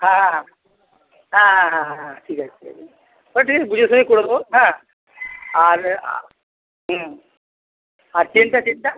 হ্যাঁ হ্যাঁ হ্যাঁ হ্যাঁ হ্যাঁ হ্যাঁ হ্যাঁ হ্যাঁ ঠিক আছে ঠিক আছে ও ঠিক আছে বুঝে শুনেই করে দেবো হ্যাঁ আর হুম আর চেনটা চেনটা